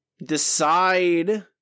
decide